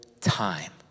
time